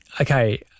okay